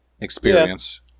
experience